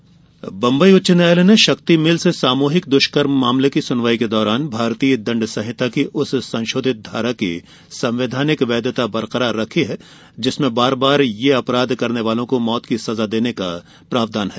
शक्ति मिल्स सुनवाई बंबई उच्च न्यायालय ने शक्ति मिल्स सामूहिक दुष्कर्म मामले की सुनवाई के दौरान भारतीय दंड संहिता की उस संशोधित धारा की संवैधानिक वैधता बरकरार रखी जिसमें बार बार यह अपराध करने वालों को मौत की सजा देने का प्रावधान है